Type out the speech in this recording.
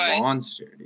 monster